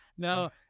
No